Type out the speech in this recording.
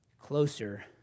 closer